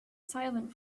silent